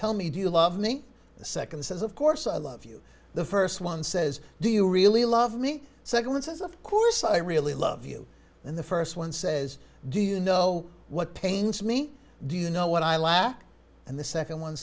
tell me do you love me the second says of course i love you the first one says do you really love me second one says of course i really love you in the first one says do you know what pains me do you know what i lack and the second one